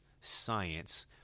science